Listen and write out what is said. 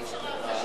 אי-אפשר, ?